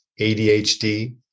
ADHD